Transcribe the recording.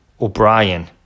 O'Brien